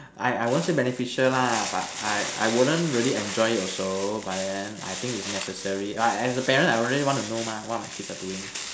I I won't say beneficial lah but I I wouldn't really enjoy it also but then I think it's necessary ah as a parent I really want to know mah what my kids are doing